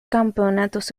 campeonatos